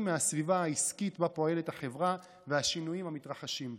מהסביבה העסקית שבה פועלת החברה והשינויים המתרחשים בה,